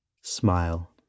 smile